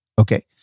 Okay